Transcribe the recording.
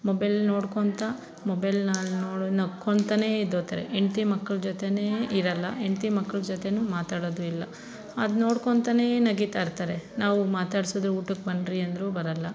mobile ನೋಡ್ಕೊಂತಾ ಮೊಬೈಲ್ನ ನೋಡಿ ನಕ್ಕೊಂತಾನೇ ಎದ್ದೋತರೆ ಹೆಂಡತಿ ಮಕ್ಕಳು ಜೊತೆನೇ ಇರಲ್ಲ ಹೆಂಡತಿ ಮಕ್ಕಳು ಜೊತೆನೂ ಮಾತಾಡೋದು ಇಲ್ಲ ಅದು ನೋಡ್ಕೊಂತಾನೇ ನಗಿತ ಇರ್ತಾರೆ ನಾವು ಮಾತಾಡಿಸಿದ್ರು ಊಟಕ್ಕೆ ಬನ್ರಿ ಅಂದರು ಬರಲ್ಲ